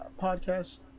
podcast